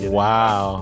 wow